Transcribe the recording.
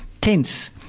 tense